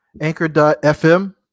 Anchor.fm